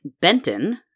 Benton